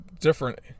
different